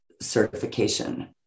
certification